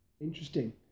Interesting